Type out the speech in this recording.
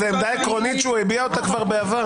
זו עמדה עקרונית שהוא הביע אותה כבר בעבר.